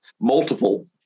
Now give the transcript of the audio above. multiple